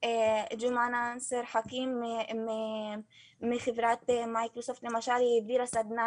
ג'ומאן אנסר ח'כים מחברת מייקרוסופט והיא למשל העבירה סדנא